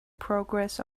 progress